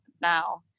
now